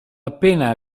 appena